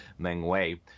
Mengwei